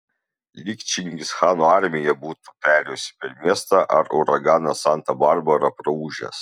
lyg čingischano armija būtų perėjusi per miestą ar uraganas santa barbara praūžęs